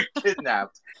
kidnapped